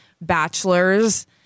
bachelors